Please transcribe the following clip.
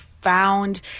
found